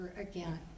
again